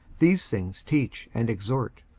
these things teach and exhort.